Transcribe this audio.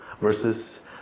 versus